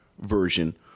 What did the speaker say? version